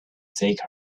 take